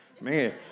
Man